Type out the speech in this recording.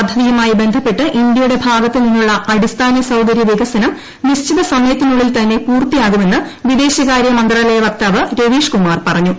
പദ്ധതിയുമായി ബന്ധപ്പെട്ട് ഇന്ത്യയുടെ ഭാഗത്ത് നിന്നുള്ള അടിസ്ഥാന സൌകരൃ വികസനം നിശ്ചിതസമയത്തിനുള്ളിൽ തന്നെ പൂർത്തിയാകുമെന്ന് വിദേശകാര്യ മന്ത്രാലയ വക്താവ് രവീഷ് കുമാർ പറഞ്ഞു